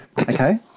Okay